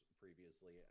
previously